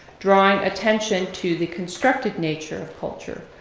drawing attention to the constructed nature of culture,